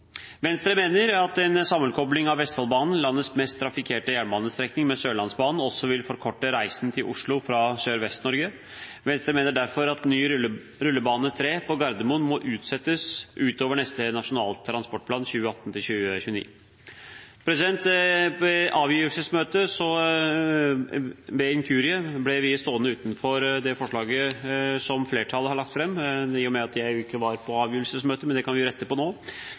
Venstre mener at en sammenkobling av Vestfoldbanen, landets mest trafikkerte jernbanestrekning, med Sørlandsbanen også vil forkorte reisen til Oslo fra Sørvest-Norge. Venstre mener derfor at ny rullebane 3 på Gardermoen må utsettes utover neste Nasjonal transportplan 2018–2029. Ved avgivelsesmøtet ble vi ved en inkurie stående utenfor det forslaget som flertallet har lagt fram, i og med at jeg ikke var på avgivelsesmøtet, men det kan vi jo rette på nå.